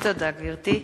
תודה, גברתי.